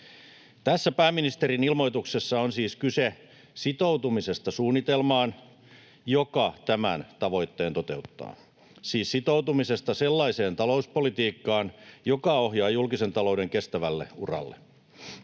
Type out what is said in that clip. Tässä pääministerin ilmoituksessa on siis kyse sitoutumisesta suunnitelmaan, joka tämän tavoitteen toteuttaa — siis sitoutumisesta sellaiseen talouspolitiikkaan, joka ohjaa julkisen talouden kestävälle uralle.